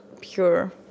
pure